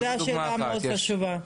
זו שאלה מאוד חשובה.